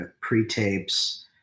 pre-tapes